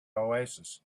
oasis